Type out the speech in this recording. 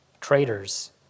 traitors